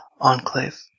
enclave